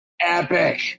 Epic